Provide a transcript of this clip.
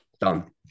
Done